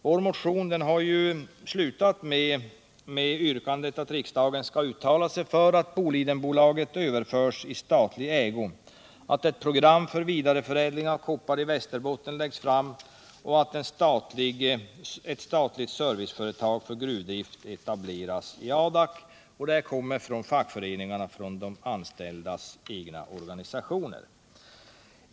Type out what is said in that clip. Vår motion slutar med yrkandet att riksdagen skall uttala sig för att Bolidenbolaget överförs i statlig ägo, att ett program för vidareförädling av koppar i Västerbotten läggs fram och att ett statligt serviceföretag för gruvdrift etableras i Adak. Detta krav kommer från fackföreningarna och de anställdas egna organisationer.